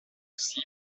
aussi